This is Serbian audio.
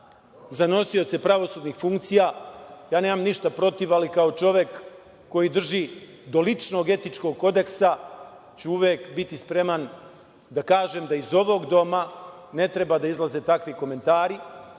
za nosioce pravosudnih funkcija, ja nemam ništa protiv, ali kao čovek koji drži do ličnog etičkog kodeksa ću uvek biti spreman da kažem da iz ovog doma ne treba da izlaze takvi komentari,